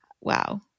Wow